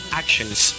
actions